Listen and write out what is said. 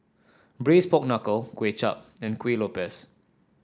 Braised Pork Knuckle Kuay Chap and Kuih Lopes